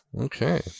Okay